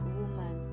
woman